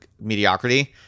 mediocrity